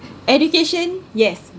education yes